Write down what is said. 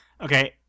Okay